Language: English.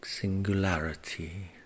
singularity